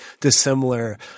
dissimilar